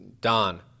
Don